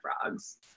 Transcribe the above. frogs